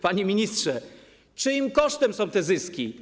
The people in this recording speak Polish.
Panie ministrze, czyim kosztem są te zyski?